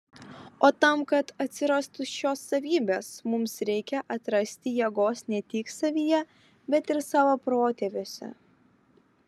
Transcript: o tam kad atsirastų šios savybės mums reikia atrasti jėgos ne tik savyje bet ir savo protėviuose